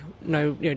No